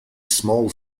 small